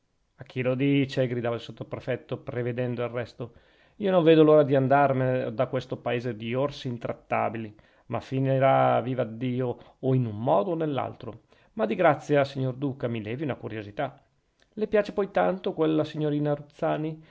a chi lo dice gridava il sottoprefetto prevedendo il resto io non vedo l'ora di andarmene da questo paese di orsi intrattabili ma finirà vivaddio o in un modo o nell'altro ma di grazia signor duca mi levi una curiosità le piace poi tanto quella signorina